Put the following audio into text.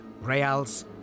reals